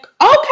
okay